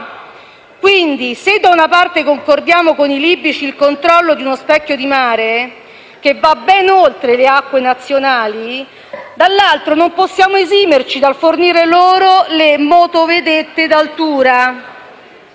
Quindi, se da una parte concordiamo con i libici il controllo di uno specchio di mare, che va ben oltre le acque nazionali, dall'altro non possiamo esimerci dal fornire loro le motovedette d'altura.